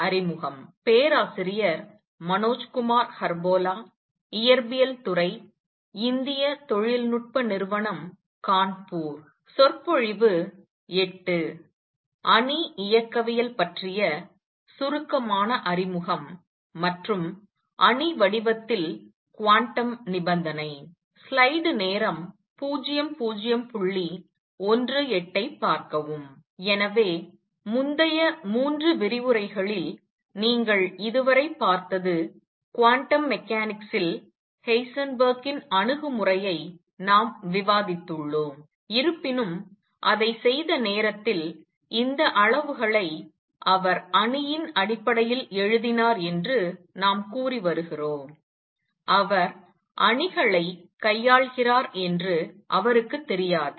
அணி இயக்கவியல் பற்றிய சுருக்கமான அறிமுகம் மற்றும் அணி வடிவத்தில் குவாண்டம் நிபந்தனை எனவே முந்தைய 3 விரிவுரைகளில் நீங்கள் இதுவரை பார்த்தது குவாண்டம் மெக்கானிக்ஸில் ஹெய்சன்பெர்க்கின் அணுகுமுறையை நாம் விவாதித்துள்ளோம் இருப்பினும் அதை செய்த நேரத்தில் இந்த அளவுகளை அவர் அணியின் அடிப்படையில் எழுதினார் என்று நாம் கூறி வருகிறோம் அவர் அணிகளை கையாள்கிறார் என்று அவருக்குத் தெரியாது